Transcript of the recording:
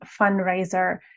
fundraiser